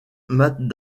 matt